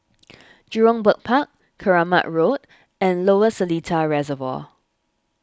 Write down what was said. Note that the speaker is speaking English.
Jurong Bird Park Keramat Road and Lower Seletar Reservoir